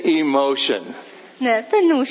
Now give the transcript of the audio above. emotion